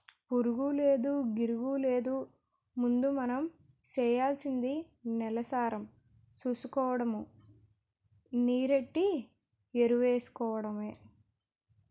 పురుగూలేదు, గిరుగూలేదు ముందు మనం సెయ్యాల్సింది నేలసారం సూసుకోడము, నీరెట్టి ఎరువేసుకోడమే